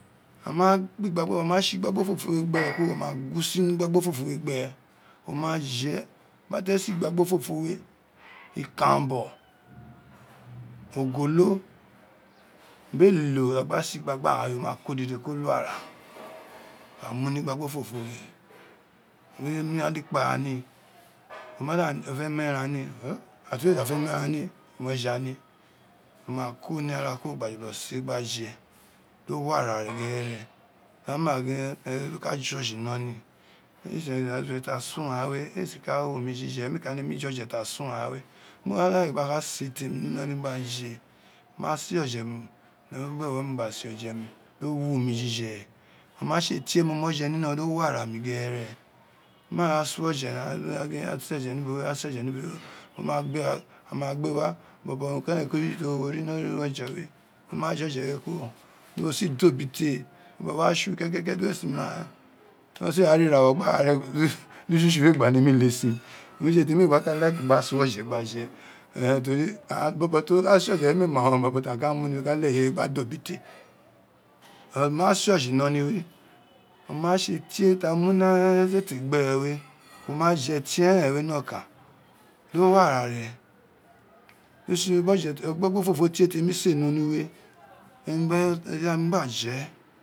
A mà tse gbagbo fọfọ we gbere gba gun usim ni gbigbofpfo we gbe re wo ma je biri ate se igba ghgha ọfofe we ikanbo, ogolo biri elilo ta gba si gbagba wo ka dede ko ara lilo ka mu ni igbagbofofo we wó nemi mu olikapara ni wo ma ko ni ara kuro gba fọlo se gba fe do wa ra ne gbere. A ma gin ni iloli owun re tse ofe ta sun ghan we éé si ka wu mi jije méé ka nemi joje ta sun ghan we mo ka like gba se demi ni iloli gha je, ma se temi mo wa gbewo ni gba se oje mi dọ wu mi jije ọ ma tse unin tie mó mó je ni nó, do wo ara mi ghere maa ra oje, ghan a wa gin o winọ suoje ni ubo we, suofe, ni ubone a gha gbe wa, bọbọ urun keren kpe ju toro wo ri ri origho ọfe we wo ma je oje we kuro di wo si da ubi fe bobo a tsu kékéké di wè si ma di wo si a ra ira wọ di utoutsu we gba nemi lesin méé gba ka like gba su oje gba je teri aghan to ka se oje gba je, teri aghan to ka se oje we méé ma ta ka muni to ka leghe ive fe gba dọ bi te o ma tse oje iloli a ma se oje iloli we, o ma tse tse a mu esete gbe re we o ma tse oje tie ren we nọkan dọ wo ara re dọ ksitsi gbagbofofo tie temi se nio nu we emi ba mo gba fi.